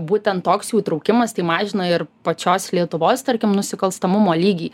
būtent toks jų įtraukimas tai mažina ir pačios lietuvos tarkim nusikalstamumo lygį